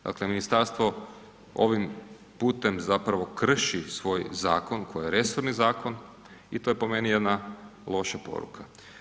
Dakle, ministarstvo ovim putem zapravo krši svoj zakon koji je resorni zakon i to je po meni jedna loša poruka.